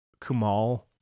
Kumal